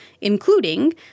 including